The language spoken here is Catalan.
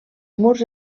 murs